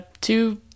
two